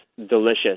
delicious